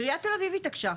עיריית תל אביב התעקשה,